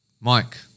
Mike